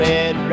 Red